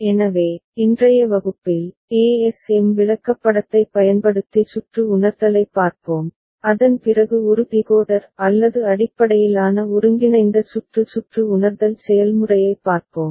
எனவே இன்றைய வகுப்பில் ஏஎஸ்எம் விளக்கப்படத்தைப் பயன்படுத்தி சுற்று உணர்தலைப் பார்ப்போம் அதன் பிறகு ஒரு டிகோடர் அல்லது அடிப்படையிலான ஒருங்கிணைந்த சுற்று சுற்று உணர்தல் செயல்முறையைப் பார்ப்போம்